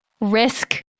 risk